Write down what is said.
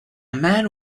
man